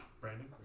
Brandon